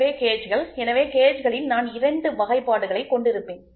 எனவே கேஜ்கள் எனவே கேஜ்களில் நான் இரண்டு வகைப்பாடுகளைக் கொண்டிருப்பேன்